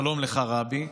/ שלום לך, רבי!